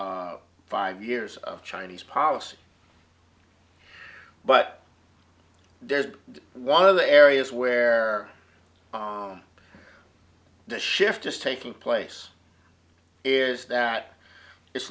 five years of chinese policy but there's one of the areas where the shift is taking place is that it's